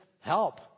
help